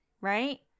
right